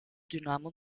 dynamo